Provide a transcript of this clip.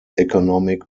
economic